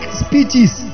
speeches